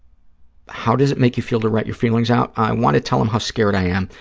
how does it make you feel to write your feelings out? i want to tell him how scared i am,